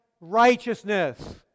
righteousness